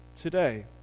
today